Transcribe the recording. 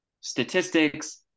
statistics